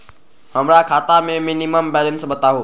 हमरा खाता में मिनिमम बैलेंस बताहु?